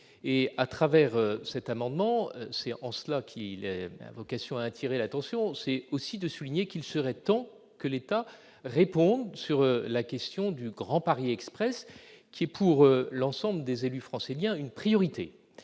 et à travers cet amendement, c'est en cela qu'il a vocation à attirer l'attention, c'est aussi de souligner qu'il serait temps que l'État répond sur la question du Grand Paris Express qui est, pour l'ensemble des élus franciliens, une priorité